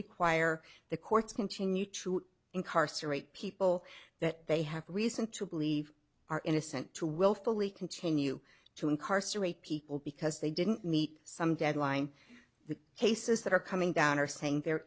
require the courts continue to incarcerate people that they have reason to believe are innocent to willfully continue to incarcerate people because they didn't meet some deadline the cases that are coming down are saying there